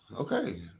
Okay